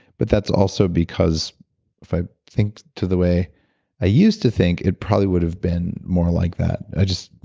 but that's also because if i think to the way i used to think, it probably would have been more like that. i just,